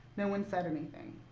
no one said anything.